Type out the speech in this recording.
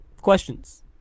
Questions